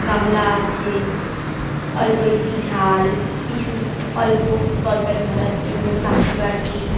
গামলা আছে অল্প একটু ঝাল কিছু অল্প তরকারি ঢালার জন্য কাশি বাটি